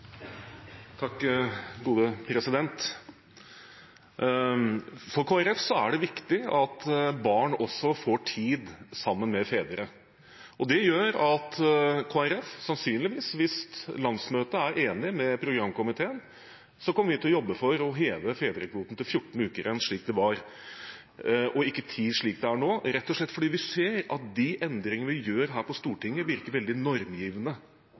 er det viktig at barn også får tid sammen med fedre. Det gjør at Kristelig Folkeparti sannsynligvis, hvis landsmøtet er enig med programkomiteen, kommer til å jobbe for å heve fedrekvoten til 14 uker igjen, slik det var, og ikke 10, slik det er nå, rett og slett fordi vi ser at de endringene vi gjør her på Stortinget, virker veldig normgivende.